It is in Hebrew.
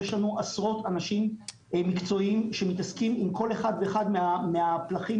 יש עשרות אנשים מקצועיים שמתעסקים עם כל אחד ואחד מהפלחים